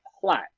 plot